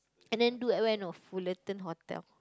and then do at where you know Fullerton Hotel